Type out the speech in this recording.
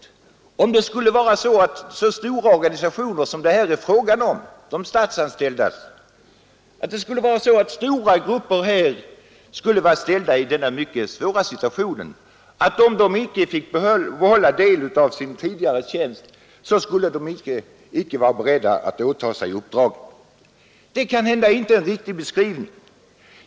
Situationen skulle alltså vara den att företrädare för de stora organisationer som det här är fråga om, de statsanställdas, skulle vara ställda i den mycket svåra situationen att om de icke fick behålla en del av sin tidigare tjänst skulle de icke vara beredda att åta sig riksdagsuppdraget. Detta är kanhända inte en riktig beskrivning.